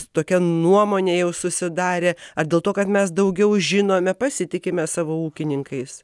tokia nuomonė jau susidarė ar dėl to kad mes daugiau žinome pasitikime savo ūkininkais